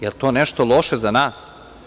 Jel to nešto loše za nas?